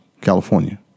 California